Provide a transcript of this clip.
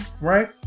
right